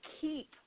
keep